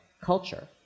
culture